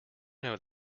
know